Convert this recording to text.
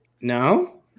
No